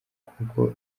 kuko